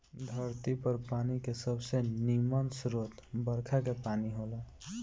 धरती पर पानी के सबसे निमन स्रोत बरखा के पानी होला